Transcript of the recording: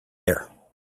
there